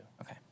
Okay